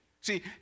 See